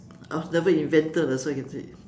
I was never inventor that's what I can say